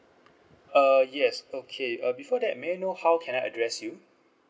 uh yes okay uh before that may I know how can I address you